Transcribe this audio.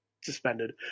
suspended